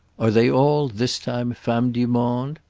are they all, this time, femmes du monde?